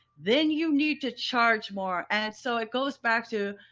then you need to charge more. and so it goes back to,